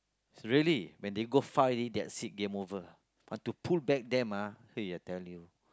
really when they go far already that's it game over want to pull back them ah !aiya! tell you